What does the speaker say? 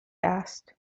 asked